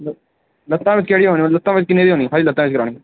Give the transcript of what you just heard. लत्ते च किन्ने दी होनी खाली लत्ते च करवानी